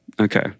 Okay